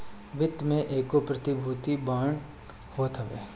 वित्त में एगो प्रतिभूति बांड होत हवे